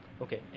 Okay